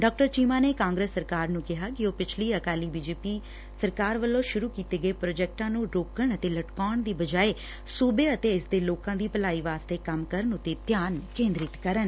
ਡਾ ਚੀਮਾ ਨੇ ਕਾਂਗਰਸ ਸਰਕਾਰ ਨੂੰ ਕਿਹਾ ਕਿ ਉਹ ਪਿਛਲੀ ਅਕਾਲੀ ਬੀਜੇਪੀ ਵੱਲੋ ਸ਼ੁਰੂ ਕੀਤੇ ਪ੍ਰਾਜੈਕਟਾਂ ਨੂੰ ਰੋਕਣ ਅਤੇ ਲਟਕਾਉਣ ਦੀ ਬਜਾਇ ਸੁਬੇ ਅਤੇ ਇਸ ਦੇ ਲੋਕਾਂ ਦੀ ਭਲਾਈ ਵਾਸਤੇ ਕੰਮ ਕਰਨ ਉਤੇ ਧਿਆਨ ਕੇਂਦਰਿਤ ਕਰੇ